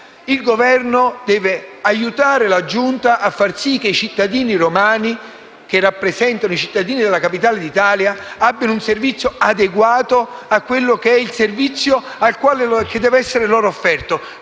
il Governo deve aiutare la Giunta a far sì che i cittadini romani, che rappresentano i cittadini della Capitale d'Italia, abbiano un servizio adeguato a quello che dev'essere loro offerto.